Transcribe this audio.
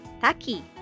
Taki